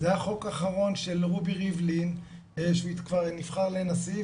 זה היה החוק האחרון של רובי ריבלין שכבר נבחר לנשיא,